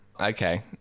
Okay